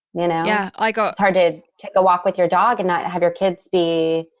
you know? yeah, i got it's hard to take a walk with your dog and not have your kids be,